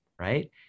right